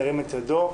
ירים את ידו.